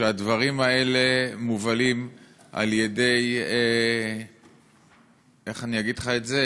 כשהדברים האלה מובלים על-ידי, איך אגיד את זה,